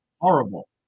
horrible